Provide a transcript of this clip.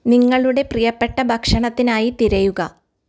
നിങ്ങളുടെ പ്രിയപ്പെട്ട ഭക്ഷണത്തിനായി തിരയുക